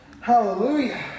Hallelujah